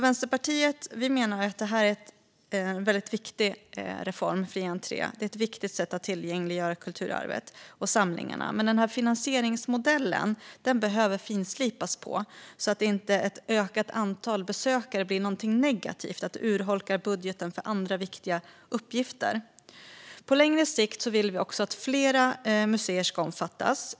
Vänsterpartiet menar att fri entré är ett viktigt sätt att tillgängliggöra kulturarvet och samlingarna men att finansieringsmodellen behöver finslipas så att ett ökat antal besökare inte blir något negativt som urholkar budgeten för andra viktiga uppgifter. På längre sikt vill vi också att fler museer ska omfattas.